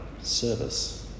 Service